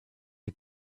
you